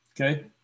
okay